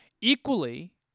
Equally